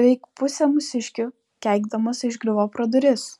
beveik pusę mūsiškių keikdamas išgriuvo pro duris